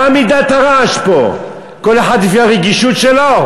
מה מידת הרעש פה, כל אחד לפי הרגישות שלו?